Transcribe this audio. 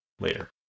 later